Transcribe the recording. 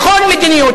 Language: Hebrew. בכל מדיניות.